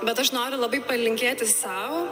bet aš noriu labai palinkėti sau